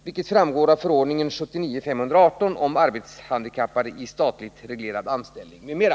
Det framgår av förordningen om arbetshandikappade i statligt reglerad anställning m.m.